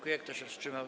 Kto się wstrzymał?